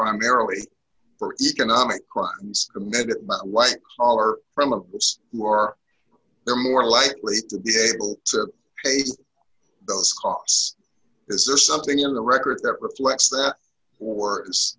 primarily for economic crimes committed by white collar from a more they're more likely to be able to pay for those costs is there something in the record that reflects that or